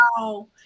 Wow